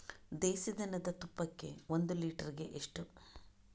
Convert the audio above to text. ದೇಸಿ ದನದ ತುಪ್ಪಕ್ಕೆ ಒಂದು ಲೀಟರ್ಗೆ ಎಷ್ಟು?